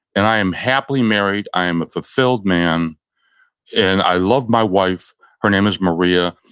and i am happily married. i am a fulfilled man and i love my wife, her name is maria,